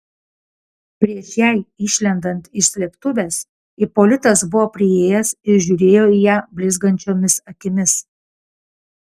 prieš jai išlendant iš slėptuvės ipolitas buvo priėjęs ir žiūrėjo į ją blizgančiomis akimis